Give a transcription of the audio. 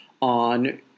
on